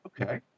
Okay